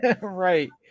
Right